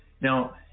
Now